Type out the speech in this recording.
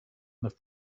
have